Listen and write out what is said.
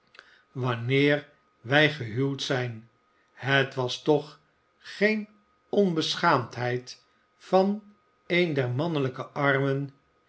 wanneer wij gehuwd zijn het was toch geen onbeschaamdheid van een der mannelijke armen